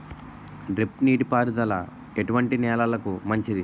Drip నీటి పారుదల ఎటువంటి నెలలకు మంచిది?